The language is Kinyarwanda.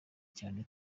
cyane